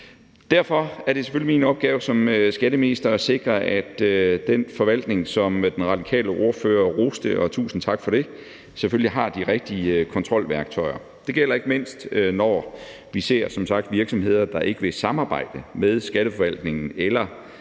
Derfor er det selvfølgelig min opgave som skatteminister at sikre, at den forvaltning, som den radikale ordfører roste – og tusind tak for det – selvfølgelig har de rigtige kontrolværktøjer. Det gælder ikke mindst, når vi ser virksomheder, der ikke vil samarbejde med Skatteforvaltningen eller